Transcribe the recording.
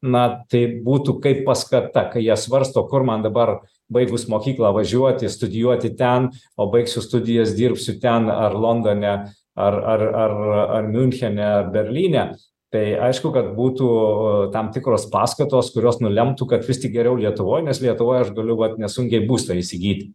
na tai būtų kaip paskata kai jie svarsto kur man dabar baigus mokyklą važiuoti studijuoti ten pabaigsiu studijas dirbsiu ten ar londone ar ar ar ar miunchene ar berlyne tai aišku kad būtų tam tikros paskatos kurios nulemtų kad vis tik geriau lietuvoj nes lietuvoj aš galiu vat nesunkiai būstą įsigyti